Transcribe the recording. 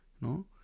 No